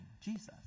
Jesus